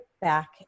back